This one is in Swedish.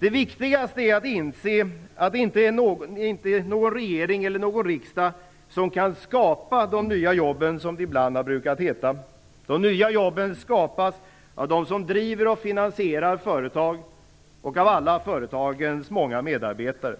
Det viktigaste är att inse att det inte är någon regering eller någon riksdag som kan "skapa" de nya jobben, som det ibland har brukat heta. De nya jobben skapas av dem som driver och finansierar företag och av alla företagens många medarbetare.